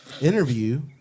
interview